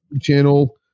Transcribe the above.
channel